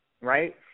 right